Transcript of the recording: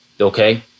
Okay